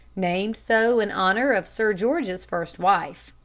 named so in honor of sir george's first wife.